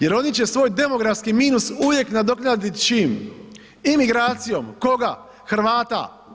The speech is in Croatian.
Jer oni će svoj demografski minus uvijek nadoknadit čim, imigracijom, koga, Hrvata.